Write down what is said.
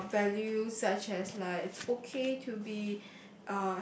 uh value such as like it's okay to be